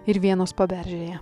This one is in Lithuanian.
ir vienos paberžėje